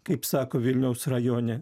kaip sako vilniaus rajone